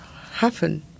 happen